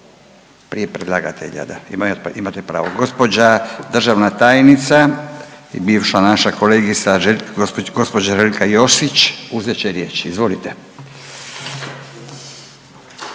prije predlagatelja, da. Imate pravo, gđa državna tajnica i bivša naša kolegica, gđa Željka Josić uzet će riječ. Izvolite.